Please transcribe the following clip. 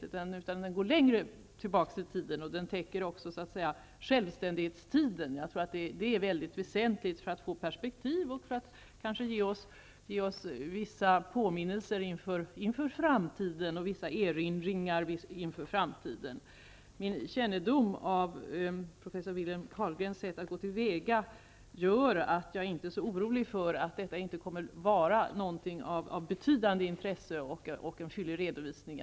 Dokumentationen kommer att gå längre tillbaka och täcka även självständighetstiden. Jag tror att detta är mycket väsentligt för att man skall kunna få ett perspektiv och kanske vissa påminnelser och erinringar med avseende på framtiden. Min kännedom om professor Wilhelm Carlgrens sätt att gå till väga gör att jag inte är så orolig för att detta inte kommer att vara något av betydande intresse och en fyllig redovisning.